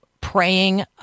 praying